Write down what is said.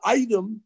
item